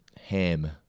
Ham